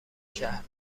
شهر